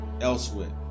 elsewhere